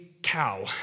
Cow